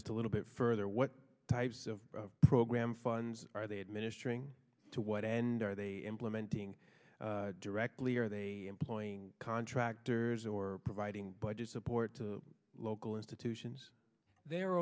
just a little bit further what types of program funds are they administering to what end are they implementing directly are they employing contractors or providing budget support to local institutions they're